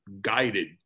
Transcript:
guided